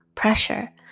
Pressure